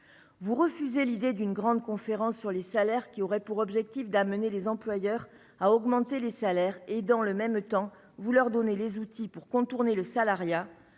Vous refusez l'idée d'une grande conférence sur les salaires, qui aurait pour objectif d'amener les employeurs à augmenter les salaires. Et, dans le même temps, vous leur donnez les outils pour contourner le salariat.,